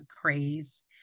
craze